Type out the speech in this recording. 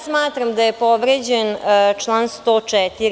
Smatram da je povređen član 104.